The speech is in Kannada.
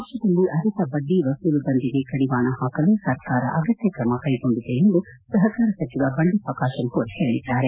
ರಾಜ್ಯದಲ್ಲಿ ಅಧಿಕ ಬಡ್ಡಿ ವಸೂಲು ದಂಧೆಗೆ ಕಡಿವಾಣ ಹಾಕಲು ಸರ್ಕಾರ ಅಗತ್ತ್ವತ್ರಮ ಕೈಗೊಂಡಿದೆ ಎಂದು ಸಹಾರ ಸಚಿವ ಬಂಡೆಪ್ಪ ಕಾಶೆಂಪೂರ್ ಹೇದ್ದಾರೆ